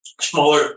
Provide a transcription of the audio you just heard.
Smaller